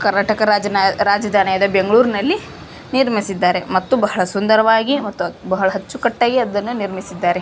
ಕರ್ನಾಟಕ ರಾಜ್ಯದ ರಾಜಧಾನಿಯಾದ ಬೆಂಗ್ಳೂರಿನಲ್ಲಿ ನಿರ್ಮಿಸಿದ್ದಾರೆ ಮತ್ತು ಬಹಳ ಸುಂದರವಾಗಿ ಮತ್ತು ಬಹಳ ಅಚ್ಚುಕಟ್ಟಾಗಿ ಅದನ್ನು ನಿರ್ಮಿಸಿದ್ದಾರೆ